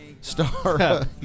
star